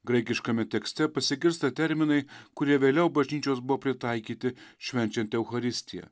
graikiškame tekste pasigirsta terminai kurie vėliau bažnyčios pritaikyti švenčiant eucharistiją